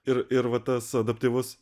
ir ir va tas adaptyvus